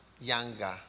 younger